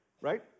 right